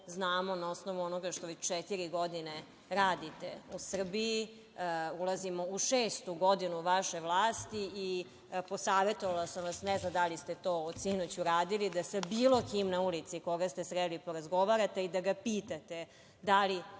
znamo na osnovu onoga što već četiri godine vi radite u Srbiji. Ulazimo u šestu godinu vaše vlasti i posavetovala sam vas, ne znam da li ste to od sinoć uradili, da sa bilo kime na ulici koga ste sreli porazgovarate i da ga pitate, da li